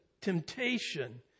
temptation